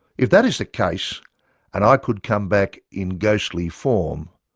if that is the case and i could come back in ghostly form,